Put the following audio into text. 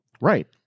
Right